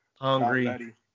Hungry